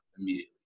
immediately